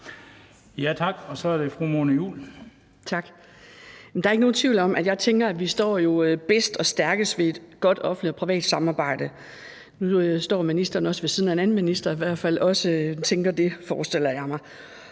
Juul. Kl. 16:05 Mona Juul (KF): Tak. Der er ikke nogen tvivl om, at jeg tænker, at vi står bedst og stærkest ved et godt offentlig-privat samarbejde. Nu står ministeren ved siden af en anden minister, der i hvert fald også tænker det, forestiller jeg mig.